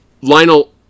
lionel